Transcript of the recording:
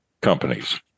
companies